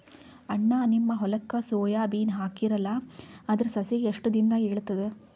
ಅಣ್ಣಾ, ನಿಮ್ಮ ಹೊಲಕ್ಕ ಸೋಯ ಬೀನ ಹಾಕೀರಲಾ, ಅದರ ಸಸಿ ಎಷ್ಟ ದಿಂದಾಗ ಏಳತದ?